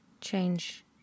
Change